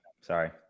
Sorry